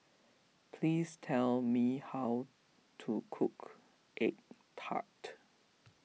please tell me how to cook Egg Tart